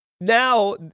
now